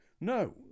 no